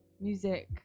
music